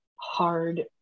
hard